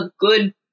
good